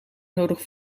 nodigen